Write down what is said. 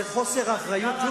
זה חוסר אחריות,